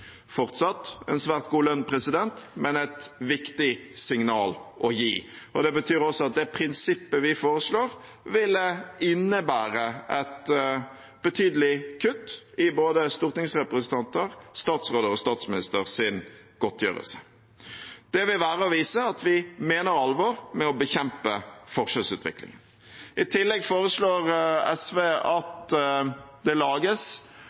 fortsatt en svært god lønn, men et viktig signal å gi. Det betyr også at det prinsippet vi foreslår, vil innebære et betydelig kutt i godtgjørelsen til både stortingsrepresentanter, statsråder og statsminister. Det vil være å vise at vi mener alvor med å bekjempe forskjellsutviklingen. I tillegg foreslår SV at det lages